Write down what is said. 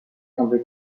semble